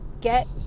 get